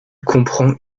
comprend